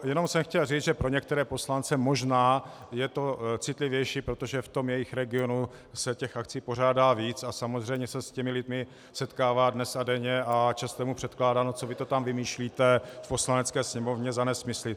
Jenom jsem chtěl říct, že pro některého poslance možná je to citlivější, protože v jejich regionu se těch akcí pořádá víc a samozřejmě se s těmi lidmi setkává dnes a denně a často je mu předkládáno, co vy to tam vymýšlíte v Poslanecké sněmovně za nesmysly.